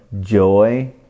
joy